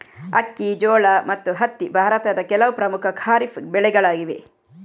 ಅಕ್ಕಿ, ಜೋಳ ಮತ್ತು ಹತ್ತಿ ಭಾರತದ ಕೆಲವು ಪ್ರಮುಖ ಖಾರಿಫ್ ಬೆಳೆಗಳಾಗಿವೆ